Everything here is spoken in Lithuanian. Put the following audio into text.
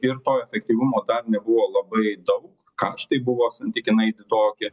ir to efektyvumo dar nebuvo labai daug kaštai buvo santykinai didoki